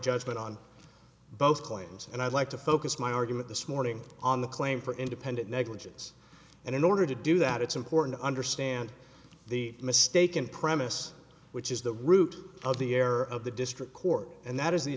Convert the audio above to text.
judgment on both claims and i'd like to focus my argument this morning on the claim for independent negligence and in order to do that it's important to understand the mistaken premise which is the root of the error of the district court and that is the